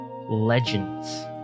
legends